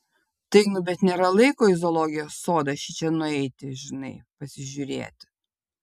tai nu bet laiko nėra į zoologijos sodą šičia nueiti žinai pasižiūrėti